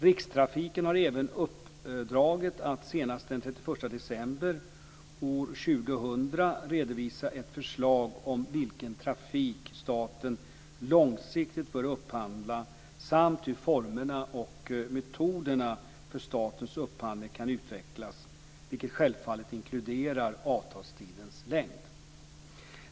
Rikstrafiken har även uppdraget att senast den 31 december år 2000 redovisa ett förslag om vilken trafik staten långsiktigt bör upphandla samt hur formerna och metoderna för statens upphandling kan utvecklas, vilket självfallet inkluderar avtalstidens längd.